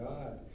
God